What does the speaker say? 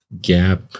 gap